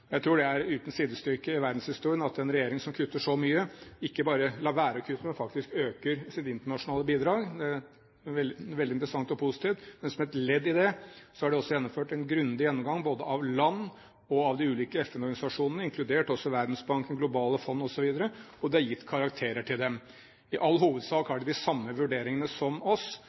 Jeg tror det er uten sidestykke i verdenshistorien at en regjering som kutter så mye, ikke bare lar være å kutte, men faktisk øker sitt internasjonale bidrag – det er veldig interessant og positivt – men som et ledd i det er det også gjennomført en grundig gjennomgang både av land og av de ulike FN-organisasjonene, inkludert Verdensbanken, Det globale fondet osv., og det er gitt karakterer til dem. I all hovedsak har de de samme vurderingene som oss,